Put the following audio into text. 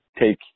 take